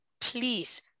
please